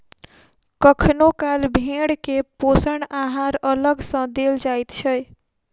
कखनो काल भेंड़ के पोषण आहार अलग सॅ देल जाइत छै